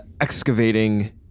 excavating